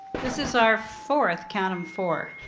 this is our fourth, count em four,